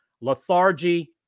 lethargy